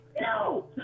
No